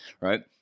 right